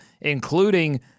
including